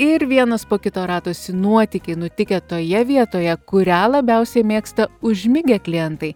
ir vienas po kito radosi nuotykiai nutikę toje vietoje kurią labiausiai mėgsta užmigę klientai